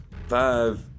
five